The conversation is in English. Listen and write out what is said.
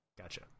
Gotcha